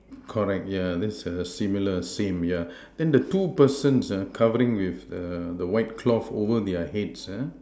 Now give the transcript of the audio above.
correct yeah that's err similar same yeah then the two persons uh covering with the the white cloth over their heads uh